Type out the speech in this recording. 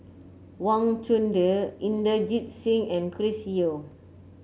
Wang Chunde Inderjit Singh and Chris Yeo